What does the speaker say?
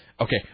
Okay